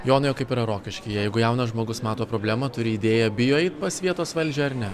jonai o kaip yra rokiškyje jeigu jaunas žmogus mato problemą turi idėją bijo eit pas vietos valdžią ar ne